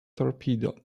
torpedo